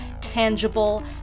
tangible